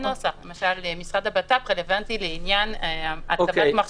למשל: המשרד לביטחון פנים רלוונטי לעניין הצבת מחסומים.